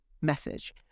message